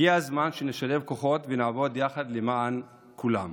הגיע הזמן שנשלב כוחות ונעבוד יחד למען כולם,